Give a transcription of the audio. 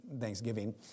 Thanksgiving